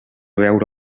veure